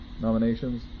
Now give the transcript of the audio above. nominations